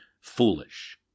foolish